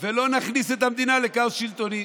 ולא נכניס את המדינה לכאוס שלטוני.